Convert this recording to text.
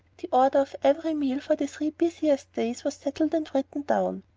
the order of every meal for the three busiest days was settled and written down.